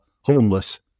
homeless